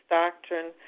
doctrine